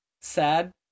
sad